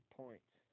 points